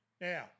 Now